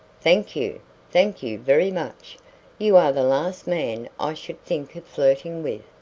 thank you thank you very much you are the last man i should think of flirting with.